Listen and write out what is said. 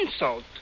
insult